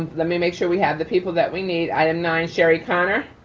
let me make sure we have the people that we need. item nine, sherry conner.